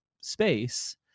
space